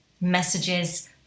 messages